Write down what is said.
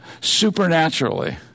supernaturally